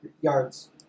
yards